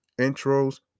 intros